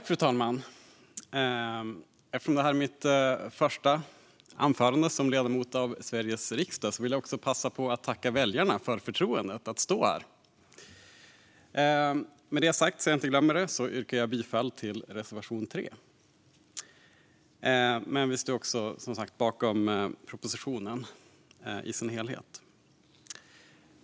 Fru talman! Eftersom det här är mitt första anförande som ledamot av Sveriges riksdag vill jag passa på att tacka väljarna för förtroendet att stå här. Jag yrkar bifall till reservation 3. Vi står bakom propositionen i dess helhet.